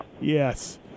yes